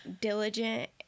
diligent